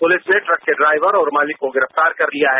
police ने truck के driver और मालिक को गिरफ्तार कर लिया है